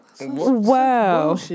Wow